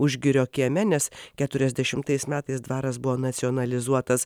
užgirio kieme nes keturiasdešimtais metais dvaras buvo nacionalizuotas